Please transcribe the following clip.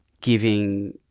giving